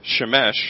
Shemesh